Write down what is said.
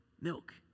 milk